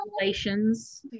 relations